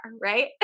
right